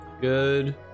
good